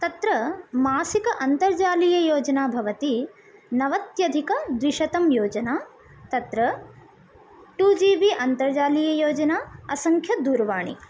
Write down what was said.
तत्र मासिक अन्तर्जालीययोजना भवति नवत्यधिकद्विशतं योजना तत्र टू जी बी अन्तर्जालीययोजना असङ्ख्यदूरवाणी